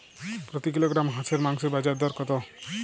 প্রতি কিলোগ্রাম হাঁসের মাংসের বাজার দর কত?